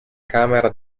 camera